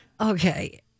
okay